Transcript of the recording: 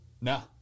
No